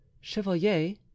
Chevalier